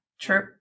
true